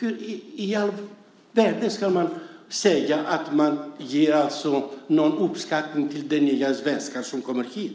Hur i all världen kan ni då säga att ni ger uppskattning till de nya svenskar som kommer hit?